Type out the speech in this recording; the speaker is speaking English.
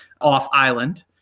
off-island